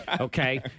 Okay